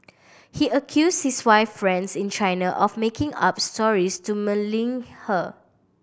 he accused his wife friends in China of making up stories to malign her